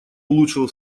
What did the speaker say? улучшил